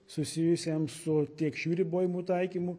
susijusiam su tiek šių ribojimų taikymu